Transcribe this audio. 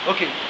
Okay